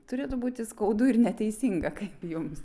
turėtų būti skaudu ir neteisinga kaip jums